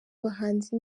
abahanzi